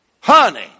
Honey